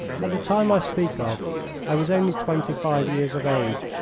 at the time i speak of i was only twenty-five years of age,